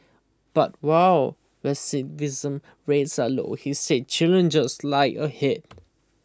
but while recidivism rates are low he said challenges lie ahead